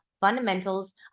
Fundamentals